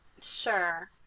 Sure